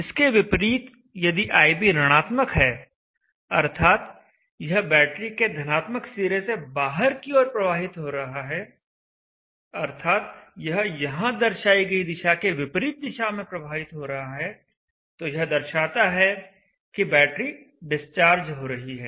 इसके विपरीत यदि ib ऋणात्मक है अर्थात् यह बैटरी के धनात्मक सिरे से बाहर की ओर प्रवाहित हो रहा है अर्थात् यह यहां दर्शाई गई दिशा के विपरीत दिशा में प्रवाहित हो रहा है तो यह दर्शाता है कि बैटरी डिस्चार्ज हो रही है